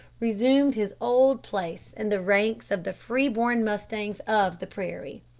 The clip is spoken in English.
resumed his old place in the ranks of the free-born mustangs of the prairie.